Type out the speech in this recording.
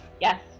Yes